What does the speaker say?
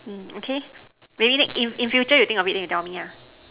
okay maybe next in future you think about it then you tell me